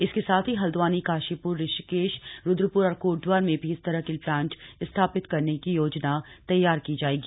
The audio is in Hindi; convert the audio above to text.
इसके साथ ही हल्द्वानी काशीप्र ऋषिकेश रुद्रप्र और कोटद्वार में भी इस तरह के प्लांट स्थापित करने की योजना तैयार की जाएगी